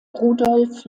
rudolf